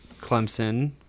Clemson